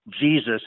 Jesus